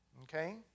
Okay